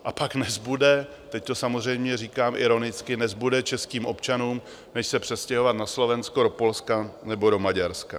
A pak nezbude teď to samozřejmě říkám ironicky nezbude českým občanům než se přestěhovat na Slovensko, do Polska nebo Maďarska.